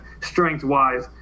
strength-wise